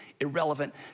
irrelevant